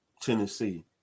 tennessee